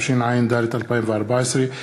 התשע"ד 2014,